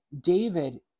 David